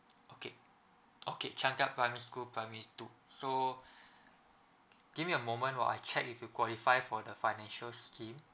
okay okay changkat primary school primary two so give me a moment while I check if you qualify for the financial scheme